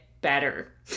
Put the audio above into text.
better